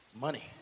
money